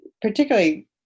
particularly